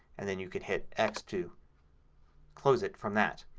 and then you can hit x to close it from that.